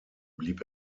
blieb